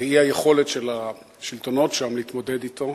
ואי-היכולת של השלטונות שם להתמודד אתו,